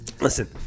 Listen